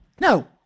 no